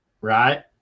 right